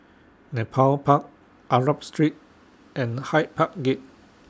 Nepal Park Arab Street and Hyde Park Gate